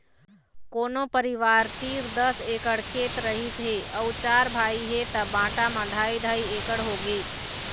कोनो परिवार तीर दस एकड़ खेत रहिस हे अउ चार भाई हे त बांटा म ढ़ाई ढ़ाई एकड़ होगे